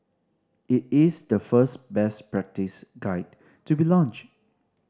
it is the first best practice guide to be launched